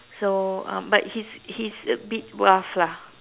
so um but he's he's a bit rough lah